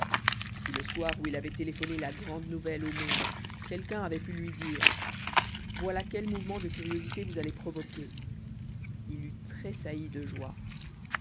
si le soir où il avait téléphoné la grande nouvelle au monde quelqu'un avait pu lui dire voilà quel mouvement de curiosité vous allez provoquer il eût tressailli de joie